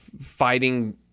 fighting